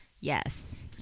Yes